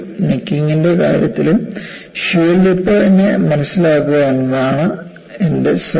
നെക്കിങ്ന്റെ കാര്യത്തിലും ഷിയർ ലിപ്പ്നെ മനസ്സിലാക്കുക എന്നതാണ് എന്റെ ശ്രദ്ധ